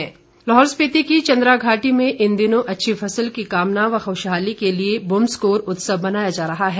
बुम्सकोर लाहौल स्पीति की चंद्रा घाटी में इन दिनों अच्छी फसल की कामना व खुशहाली के लिए बुम्सकोर उत्सव मनाया जा रहा है